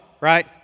right